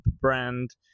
brand